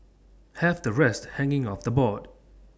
have the rest hanging off the board